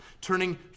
Turning